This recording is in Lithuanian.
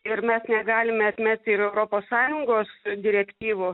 ir mes negalime atmesti ir europos sąjungos direktyvų